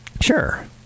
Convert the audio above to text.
Sure